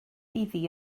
iddi